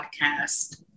podcast